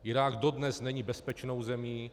Irák dodnes není bezpečnou zemí.